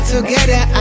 Together